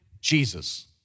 Jesus